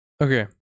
Okay